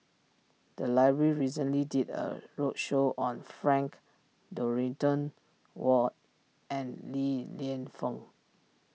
the library recently did a roadshow on Frank Dorrington Ward and Li Lienfung